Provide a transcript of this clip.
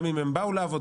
גם אם הם באו לעבוד,